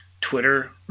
Twitter